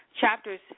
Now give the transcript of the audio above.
Chapters